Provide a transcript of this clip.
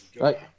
right